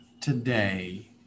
today